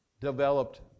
developed